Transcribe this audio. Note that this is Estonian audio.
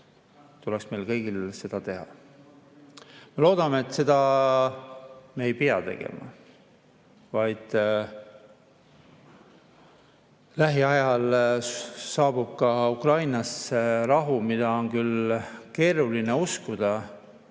tuleks meil kõigil seista. Me loodame, et seda ei pea tegema, vaid lähiajal saabub ka Ukrainasse rahu, mida on küll keeruline uskuda.